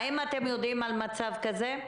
האם אתם יודעים על מצב כזה?